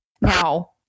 now